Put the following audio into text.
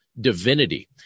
divinity